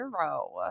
hero